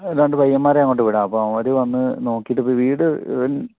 രണ്ട് പയ്യന്മാരെ അങ്ങോട്ട് വിടാം അപ്പോൾ അവർ വന്ന് നോക്കിയിട്ട് ഇപ്പോൾ വീട്